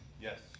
Yes